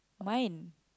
mine